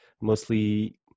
mostly